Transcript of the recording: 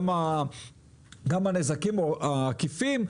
גם הנזקים העקיפים.